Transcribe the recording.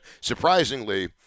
surprisingly